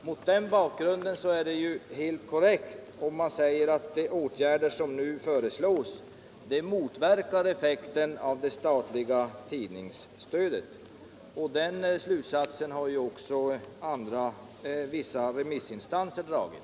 Mot den bakgrunden är det helt korrekt att säga att de åtgärder som nu föreslås motverkar effekten av det statliga tidningsstödet. Den slutsatsen har också vissa remissinstanser dragit.